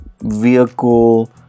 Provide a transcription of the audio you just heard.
vehicle